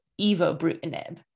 evobrutinib